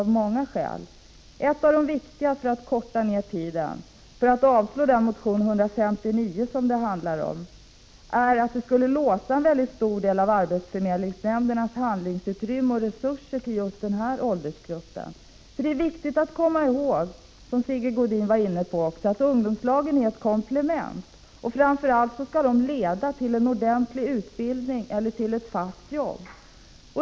För att förkorta min taletid vill jag inskränka mig till att säga att ett av de viktigaste skälen för att avstyrka motion 159, som ligger till grund för denna reservation, är att ett bifall till motionen skulle låsa en mycket stor del av arbetsförmedlingsnämndernas handlingsutrymme och resurser till den här åldersgruppen. Det är viktigt att komma ihåg att ungdomslagen, vilket också Sigge Godin var inne på, är ett komplement. Framför allt skall de leda till en ordentlig utbildning eller ett fast jobb.